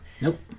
Nope